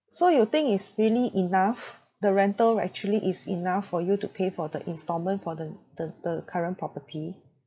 so you think it's really enough the rental actually is enough for you to pay for the instalment for the the the current property